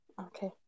Okay